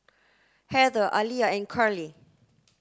Heather Aliyah and Carlie